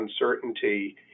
uncertainty